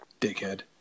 dickhead